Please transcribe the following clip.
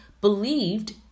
believed